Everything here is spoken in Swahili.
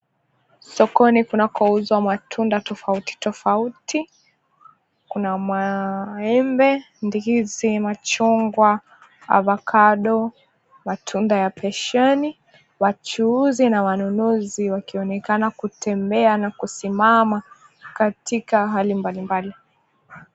Sokoni kunakouzwa matunda tofauti, kuna maembe, ndizi, machungwa ovacado , matunda ya passion wachuuzi na wanunuzi wakionekana kutembea na kusimama katika hali mbalimbali.